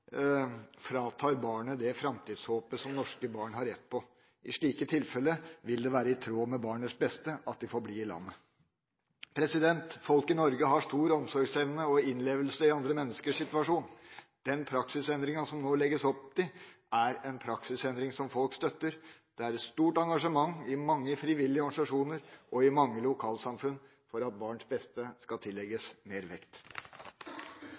fratar barnet det framtidshåpet som norske barn har rett til. I slike tilfeller vil det være i tråd med barnets beste at de får bli i landet. Folk i Norge har stor omsorgsevne og stor evne til innlevelse i andre menneskers situasjon. Den praksisendringa som det nå legges opp til, er en praksisendring som folk støtter. Det er et stort engasjement i mange frivillige organisasjoner og i mange lokalsamfunn for at barns beste skal tillegges mer vekt.